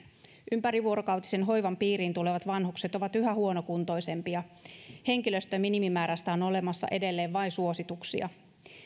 ympärivuorokautisen hoivan piiriin tulevat vanhukset ovat yhä huonokuntoisempia henkilöstön minimimäärästä on olemassa edelleen vain suosituksia